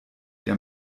der